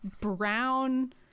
brown